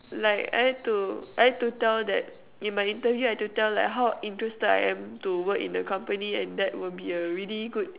like I had to I had to tell that in my interview I had to tell like how interested I am to work in the company and that will be a really good